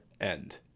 end